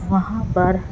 وہاں پر